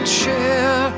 share